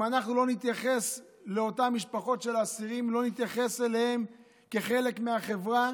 אם אנחנו לא נתייחס לאותן משפחות של אסירים כאל חלק מהחברה,